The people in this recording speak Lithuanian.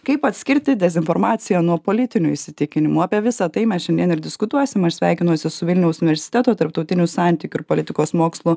kaip atskirti dezinformaciją nuo politinių įsitikinimų apie visa tai mes šiandien ir diskutuosim aš sveikinuosi su vilniaus universiteto tarptautinių santykių ir politikos mokslų